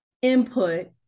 Input